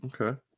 okay